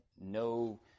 no